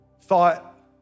thought